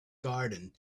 garden